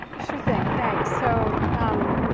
sure thing. thanks. so um